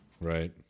right